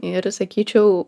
ir sakyčiau